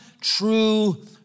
true